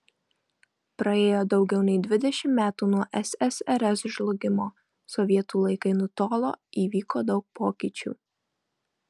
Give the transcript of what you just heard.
praėjo daugiau nei dvidešimt metų nuo ssrs žlugimo sovietų laikai nutolo įvyko daug pokyčių